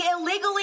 illegally